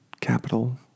capital